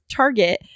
Target